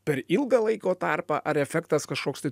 per ilgą laiko tarpą ar efektas kažkoks tai